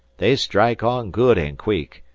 they strike on good an' queek.